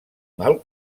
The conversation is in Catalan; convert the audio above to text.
mal